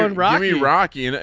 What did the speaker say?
and romney rocky. and